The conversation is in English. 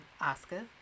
Oscar